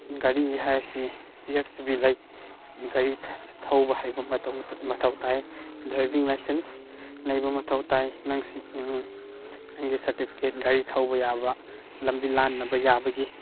ꯒꯥꯔꯤꯒꯤ ꯍꯥꯏꯔꯁꯤ you have to be like ꯒꯥꯔꯤ ꯊꯧꯕ ꯍꯩꯕ ꯃꯊꯧ ꯇꯥꯏ ꯗ꯭ꯔꯥꯏꯚꯤꯡ ꯂꯥꯏꯁꯦꯟ ꯂꯩꯕ ꯃꯊꯧ ꯇꯥꯏ ꯅꯪꯁꯤ ꯅꯪꯒꯤ ꯁꯔꯇꯤꯐꯤꯀꯦꯠ ꯒꯥꯔꯤ ꯊꯧꯕ ꯌꯥꯕ ꯂꯝꯕꯤ ꯂꯥꯟꯕ ꯌꯥꯕꯒꯤ